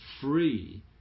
free